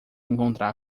encontrar